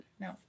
No